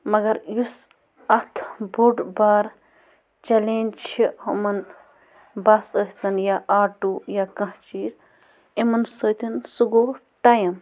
مگر یُس اَتھ بوٚڑ بار چٮ۪لینٛج چھِ یِمَن بَس ٲسۍتَن یا آٹوٗ یا کانٛہہ چیٖز یِمَن سۭتۍ سُہ گوٚو ٹایِم